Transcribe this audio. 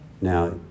Now